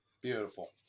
Beautiful